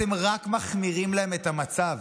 אתם רק מחמירים להם את המצב.